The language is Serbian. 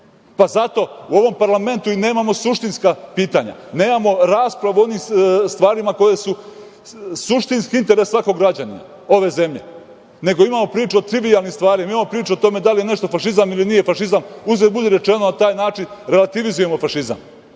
Zato u ovom parlamentu nemamo suštinska pitanja, nemamo raspravu o onim stvarima koje su suštinski interes svakog građanina ove zemlje, nego imamo priču o trivijalnim stvarima, imamo priču o tome da li je nešto fašizam ili nije fašizam, a uzgred budi rečeno na taj način relativizujemo fašizam.